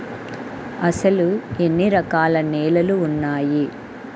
అసలు ఎన్ని రకాల నేలలు వున్నాయి?